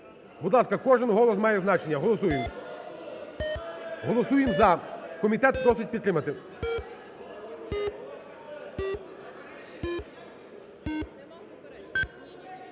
будь ласка, кожен голос має значення. Голосуєм! Голосуєм "за", комітет просить підтримати.